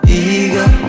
eager